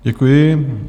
Děkuji.